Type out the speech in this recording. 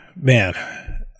Man